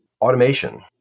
automation